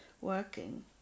working